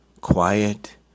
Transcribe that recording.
quiet